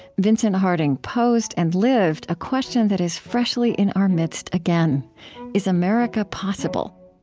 vincent harding posed and lived a question that is freshly in our midst again is america possible?